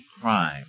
crime